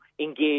engage